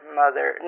mother